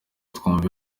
twumve